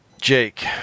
Jake